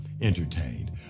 entertained